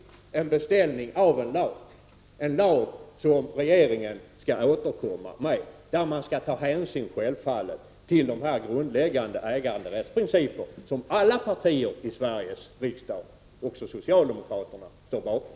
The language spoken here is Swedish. Det är fråga om en beställning av en lag, en lag som regeringen skall återkomma till riksdagen med, där man självfallet skall ta hänsyn till de grundläggande äganderättsprinciper som alla partier i Sveriges riksdag, även det socialdemokratiska partiet, står bakom.